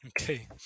Okay